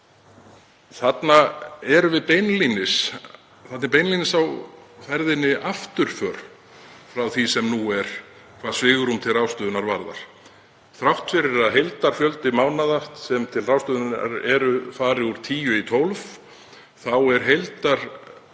Þarna er beinlínis á ferðinni afturför frá því sem nú er hvað svigrúm til ráðstöfunar varðar. Þrátt fyrir að heildarfjöldi mánaða sem til ráðstöfunar eru fari úr tíu í 12 er